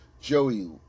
Joey